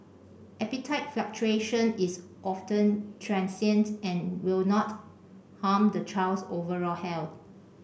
appetite fluctuation is often transient and will not harm the child's overall health